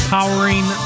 Powering